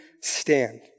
stand